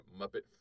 Muppet